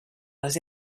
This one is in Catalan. les